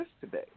today